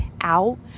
out